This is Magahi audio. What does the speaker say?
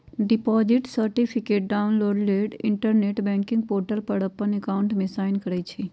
डिपॉजिट सर्टिफिकेट डाउनलोड लेल इंटरनेट बैंकिंग पोर्टल पर अप्पन अकाउंट में साइन करइ छइ